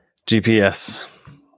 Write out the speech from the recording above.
gps